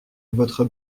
votre